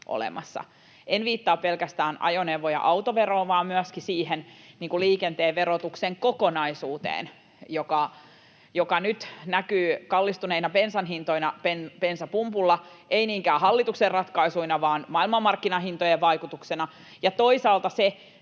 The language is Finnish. olemassa. En viittaa pelkästään ajoneuvo‑ ja autoveroon, vaan myöskin siihen liikenteen verotuksen kokonaisuuteen, joka nyt näkyy kallistuneina bensan hintoina bensapumpulla — ei niinkään hallituksen ratkaisujen vaan maailmanmarkkinahintojen vaikutuksena — ja toisaalta